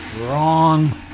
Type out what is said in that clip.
Wrong